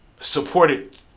supported